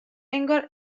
انگار